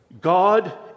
God